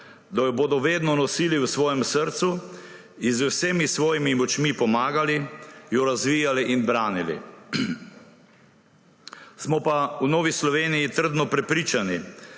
da jo bodo vedno nosili v svojem srcu in z vsemi svojimi močmi pomagali, jo razvijali in branili. Smo pa v Novi Sloveniji trdno prepričani,